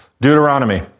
Deuteronomy